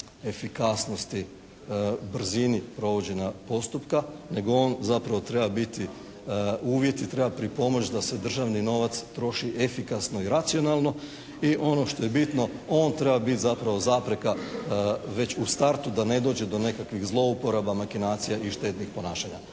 efikasnosti, brzini provođenja postupka nego on zapravo treba biti uvjet i treba pripomoć da se državni novac troši efikasno i racionalno. I ono što je bitno, on treba biti zapravo zapreka već u startu da ne dođe do nekakvih zlouporaba, makinacija i štetnih ponašanja.